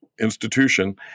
institution